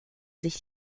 sich